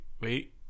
wait